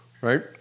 Right